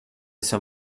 son